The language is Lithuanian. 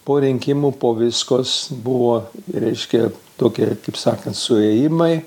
po rinkimų po viskos buvo reiškia tokia taip sakant suėjimai